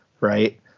right